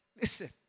Listen